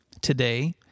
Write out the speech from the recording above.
today